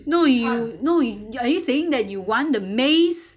no you no you are you saying that you want the maize